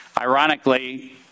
Ironically